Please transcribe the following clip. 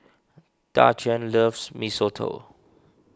Daquan loves Mee Soto